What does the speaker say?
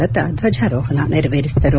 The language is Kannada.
ಲತಾ ದ್ವಜಾರೋಪಣ ನೆರವೇರಿಸಿದರು